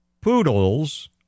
poodles